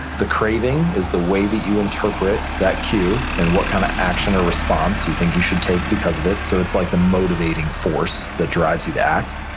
the craving is the way that you interpret that cue and what kind of action or response you think you should take because of it. so it's like the motivating force that drives you to act.